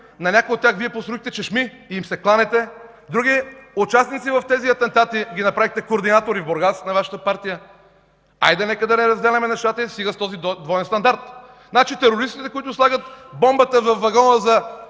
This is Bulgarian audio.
на някои от тях Вие построихте чешми и им се кланяте! Други участници в тези атентати ги направихте координатори в Бургас – на Вашата партия! Хайде, нека да не разделяме нещата и стига с този двоен стандарт! Значи терористите, които слагат бомбата във вагона с